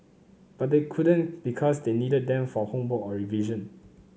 but they couldn't because they needed them for homework or revision